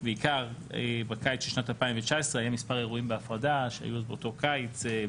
בעיקר בקיץ של שנת 2019. היו מספר אירועים בהפרדה שהיו באותו קיץ.